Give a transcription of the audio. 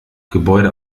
gebäude